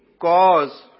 cause